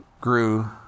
grew